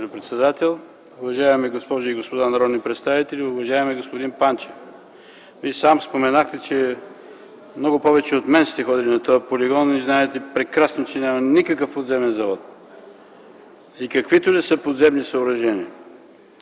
председател, уважаеми госпожи и господа народни представители, уважаеми господин Панчев! Вие сам споменахте, че много повече от мен сте ходили на този полигон и знаете прекрасно, че няма никакъв подземен завод и каквито и да са подземни съоръжения.